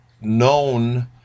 known